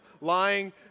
lying